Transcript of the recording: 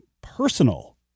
personal